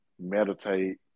meditate